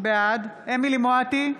בעד אמילי חיה מואטי,